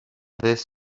this